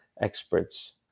experts